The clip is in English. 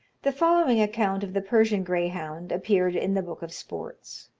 the following account of the persian greyhound appeared in the book of sports